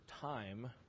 time